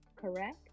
correct